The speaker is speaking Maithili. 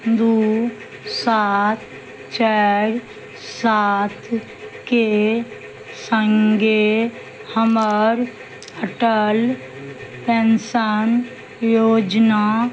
दू सात चारि सातके सङ्गे हमर अटल पेंशन योजना